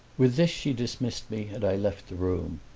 with this she dismissed me, and i left the room.